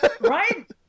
Right